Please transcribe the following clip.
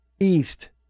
East